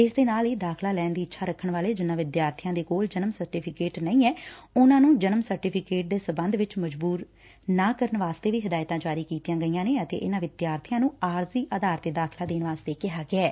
ਇਸ ਦੇ ਨਾਲ ਹੀ ਦਾਖਲਾ ਲੈਣ ਦੀ ਇੱਛਾ ਰੱਖਣ ਵਾਲੇ ਜਿਨਾਂ ਵਿਦਿਆਰਬੀਆਂ ਦੇ ਕੋਲ ਜਨਮ ਸਰਟੀਫਿਕੇਟ ਨਹੀਂ ਏ ਉਨੁਾਂ ਨੂੰ ਜਨਮ ਸਰਟੀਫਿਕੇਟ ਦੇ ਸਬੰਧ ਵਿੱਚ ਮਜ਼ਬੁਰ ਨਾ ਕਰਨ ਵਾਸਤੇ ਵੀ ਹਦਾਇਤਾਂ ਜਾਰੀ ਕੀਤੀਆ ਗਈਆਂ ਨੇ ਅਤੇ ਇਨੂਾਂ ਵਿਦਿਆਰਥੀਆਂ ਨੂੰ ਆਰਜੀ ਆਧਾਰ ਤੇ ਦਾਖਲਾ ਦੇਣ ਵਾਸਤੇ ਕਿਹਾ ਗਿਐ